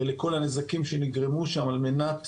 ולכל הנזקים שנגרמו שם, על מנת